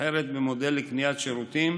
המתומחרת במודל לקניית שירותים